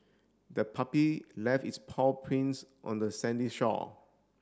the puppy left its paw prints on the sandy shore